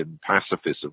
pacifism